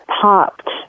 popped